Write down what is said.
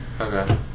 Okay